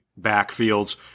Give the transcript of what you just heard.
backfields